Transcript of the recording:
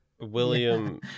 William